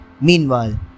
Meanwhile